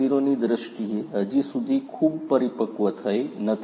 0 ની દ્રષ્ટિએ હજી સુધી ખૂબ પરિપક્વ થઈ નથી